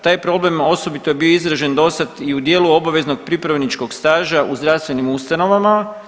Taj problem osobito je bio izražen do sad i u dijelu obaveznog pripravničkog staža u zdravstvenim ustanovama.